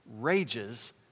rages